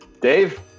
Dave